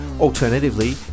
Alternatively